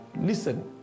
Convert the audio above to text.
listen